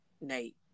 Nate